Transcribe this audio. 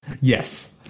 Yes